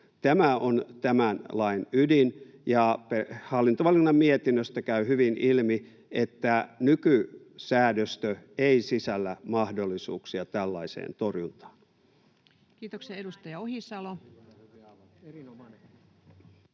Tämä on tämän lain ydin. Ja hallintovaliokunnan mietinnöstä käy hyvin ilmi, että nykysäädöstö ei sisällä mahdollisuuksia tällaiseen torjuntaan. Kiitoksia. — Edustaja Ohisalo.